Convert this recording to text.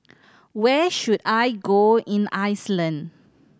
where should I go in Iceland